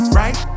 right